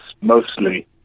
mostly